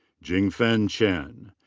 jingfan chen.